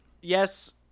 yes